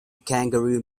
kangaroo